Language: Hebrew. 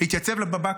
להתייצב בבקו"ם.